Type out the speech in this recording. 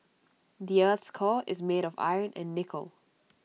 the Earth's core is made of iron and nickel